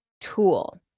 tool